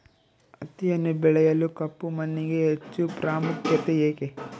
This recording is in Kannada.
ಹತ್ತಿಯನ್ನು ಬೆಳೆಯಲು ಕಪ್ಪು ಮಣ್ಣಿಗೆ ಹೆಚ್ಚು ಪ್ರಾಮುಖ್ಯತೆ ಏಕೆ?